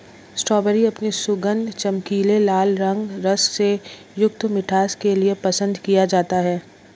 strawberry अपने सुगंध, चमकीले लाल रंग, रस से युक्त मिठास के लिए पसंद किया जाता है